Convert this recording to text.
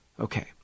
Okay